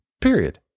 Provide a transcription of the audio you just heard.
Period